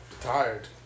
tired